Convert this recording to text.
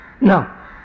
Now